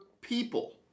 people